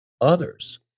others